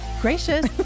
Gracious